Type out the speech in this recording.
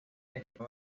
está